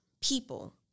people